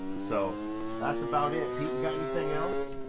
so that's about it. got anything else?